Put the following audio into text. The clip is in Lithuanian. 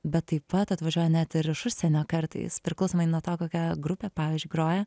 bet taip pat atvažiuoja net ir iš užsienio kartais priklausomai nuo to kokia grupė pavyzdžiui groja